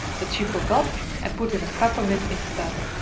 that she forgot and put in a peppermint instead.